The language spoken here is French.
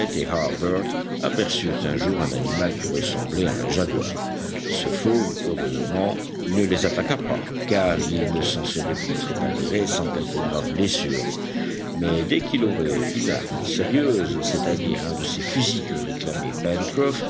aperçurent un jour un animal qui ressemblait à un jaguar ce fauve heureusement ne les attaqua pas car ils ne s'en seraient peutêtre pas tirés sans quelque grave blessure mais dès qu'il aurait une arme sérieuse c'est-à-dire un de ces fusils que réclamait